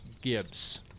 Gibbs